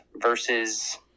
versus